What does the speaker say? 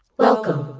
welcome.